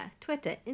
Twitter